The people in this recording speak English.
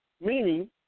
meaning